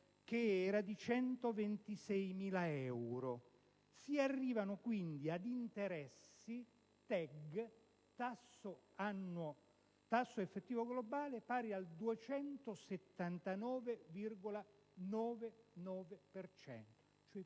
che era di 126.000 euro. Si arriva quindi ad interessi TEG, tasso effettivo globale, pari al 279,99 per